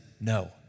no